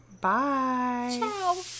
bye